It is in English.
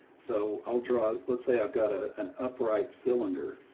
so i'll draw, let's say i've got a, an upright cylinder.